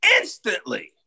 instantly